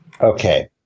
Okay